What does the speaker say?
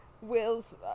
will's